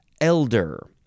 Elder